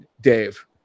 Dave